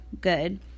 good